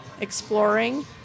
exploring